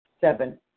Seven